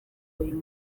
uyu